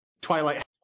Twilight